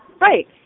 Right